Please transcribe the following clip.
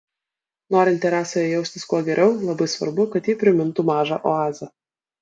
norint terasoje jaustis kuo geriau labai svarbu kad ji primintų mažą oazę